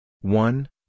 One